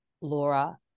Laura